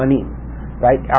Right